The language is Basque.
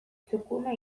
txukuna